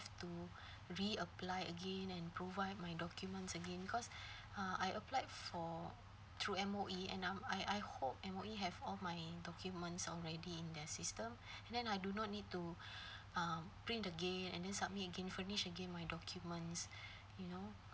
to re apply again and provide my documents again cause uh I applied for through M_O_E and I'm I I hope M_O_E have of my documents already in their system and then I do not need to um print again and then submit again furnish again my documents you know